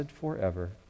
forever